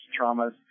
traumas